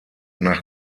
nach